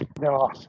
No